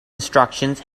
instructions